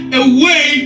away